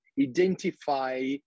identify